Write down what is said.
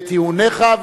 ואת טיעוניך.